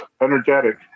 energetic